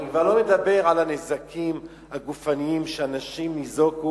אני כבר לא מדבר על הנזקים הגופניים שאנשים ניזוקו.